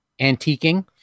antiquing